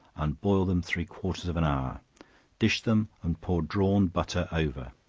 and boil them three-quarters of an hour dish them, and pour drawn butter over.